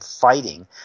fighting